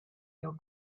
your